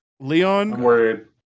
Leon